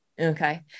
Okay